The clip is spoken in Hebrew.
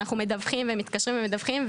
ואנחנו מדווחים ומתקשרים ומדווחים,